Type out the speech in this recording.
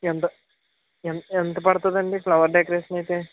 ఎంత ఎంత పడుతుందండి ఫ్లవర్ డెకరేషన్ అయితే